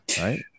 right